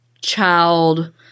child